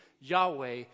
Yahweh